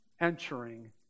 entering